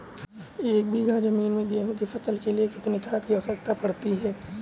एक बीघा ज़मीन में गेहूँ की फसल के लिए कितनी खाद की आवश्यकता पड़ती है?